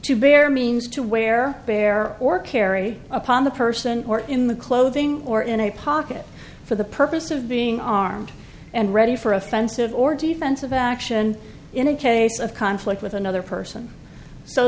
to bear means to wear bear or carry upon the person or in the clothing or in a pocket for the purpose of being armed and ready for offensive or defensive action in a case of conflict with another person so